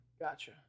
Gotcha